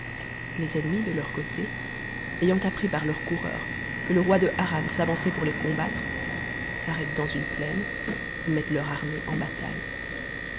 les ennemis de leur côté ayant appris par leurs coureurs que le roi de harran s'avançait pour les combattre s'arrêtent dans une plaine et mettent leur armée en bataille